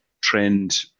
trend